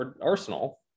Arsenal